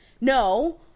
no